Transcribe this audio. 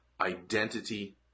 identity